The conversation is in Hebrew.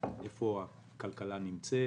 איפה הכלכלה נמצאת,